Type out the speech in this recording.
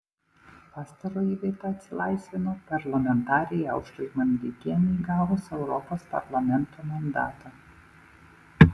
pastaroji vieta atsilaisvino parlamentarei aušrai maldeikienei gavus europos parlamento mandatą